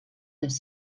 les